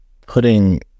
putting